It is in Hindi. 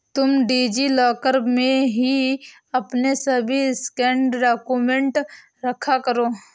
तुम डी.जी लॉकर में ही अपने सभी स्कैंड डाक्यूमेंट रखा करो